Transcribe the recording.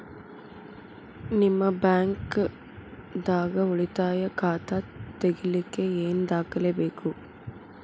ನಿಮ್ಮ ಬ್ಯಾಂಕ್ ದಾಗ್ ಉಳಿತಾಯ ಖಾತಾ ತೆಗಿಲಿಕ್ಕೆ ಏನ್ ದಾಖಲೆ ಬೇಕು?